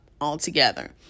altogether